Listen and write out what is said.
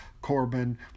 Corbin